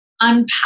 unpack